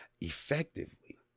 effectively